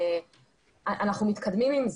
אנחנו מתקדמים עם זה.